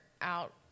out